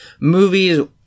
movies